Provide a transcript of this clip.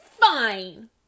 fine